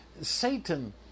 Satan